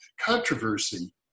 controversy